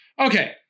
Okay